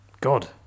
God